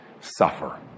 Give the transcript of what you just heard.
suffer